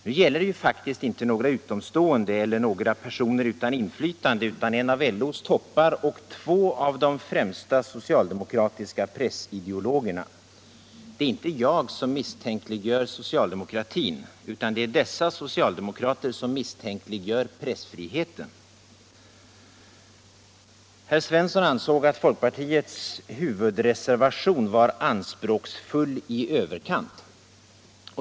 — Det gäller faktiskt inte några utomstående eller några personer utan inflytande utan en av LO:s toppar och två av de främsta socialdemokratiska pressideologerna. Det är inte jag som misstänkliggör socialdemokratin, utan det är dessa socialdemokrater som misstänkliggör pressfriheten. Herr Svensson ansåg att folkpartiets huvudreservation var anspråksfull i överkant.